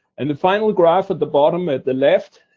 and the final graph at the bottom, at the left,